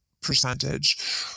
percentage